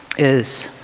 is,